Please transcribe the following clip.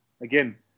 again